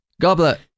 Goblet